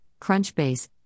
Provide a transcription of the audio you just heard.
Crunchbase